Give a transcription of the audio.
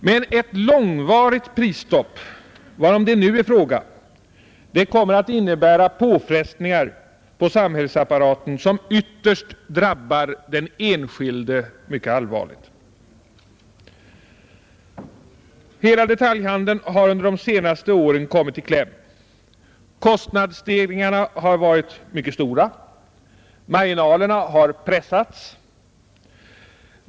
Men ett långvarigt prisstopp — varom det nu är fråga — kommer att innebära påfrestningar på samhällsapparaten som ytterst drabbar den enskilde mycket allvarligt. Hela detaljhandeln har under de senaste åren kommit i kläm. Kostnadsstegringarna har varit mycket stora. Marginalerna har pressats.